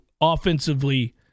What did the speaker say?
offensively